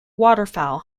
waterfowl